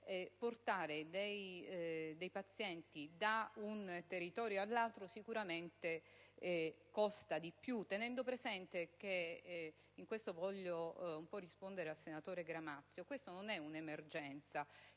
portare dei pazienti da un territorio all'altro sicuramente costa di più. Si tenga presente, e con ciò voglio rispondere al senatore Gramazio, che questa non è un'emergenza: